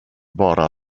bara